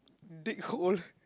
dig hole